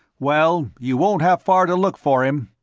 well, you won't have far to look for him,